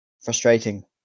frustrating